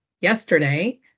yesterday